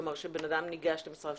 כלומר שאדם שניגש למשרה,